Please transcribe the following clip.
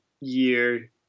year